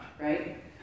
right